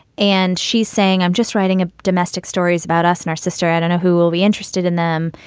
and she's saying i'm just writing a domestic stories about us and our sister adeno, who will be interested in them.